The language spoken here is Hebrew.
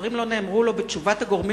שהדברים לא נאמרו לו בתשובת הגורמים